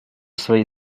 свои